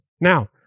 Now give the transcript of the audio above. Now